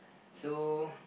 so